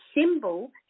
symbol